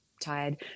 tired